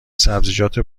سبزیجات